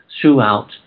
throughout